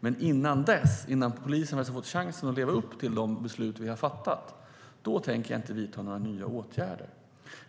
Men innan dess, innan polisen har fått chansen att leva upp till de beslut vi har fattat, tänker jag inte vidta några nya åtgärder.